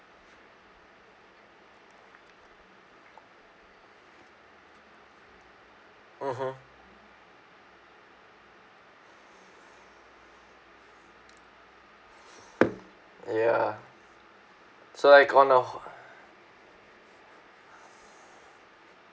mmhmm ya so like on a